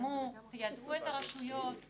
תפרסמו ותיידעו את הרשויות?